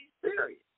serious